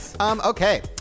Okay